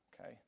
okay